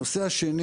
הנושא השני